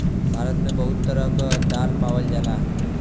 भारत मे बहुते तरह क दाल पावल जाला